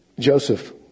Joseph